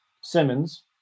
Simmons